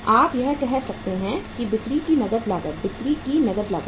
आप कह सकते हैं कि बिक्री की नकद लागत बिक्री की नकद लागत